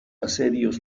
asedios